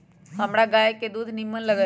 हमरा गाय के दूध निम्मन लगइय